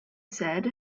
said